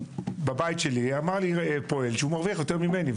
בבית שלי, אמר לי פועל שהוא מרוויח יותר ממני.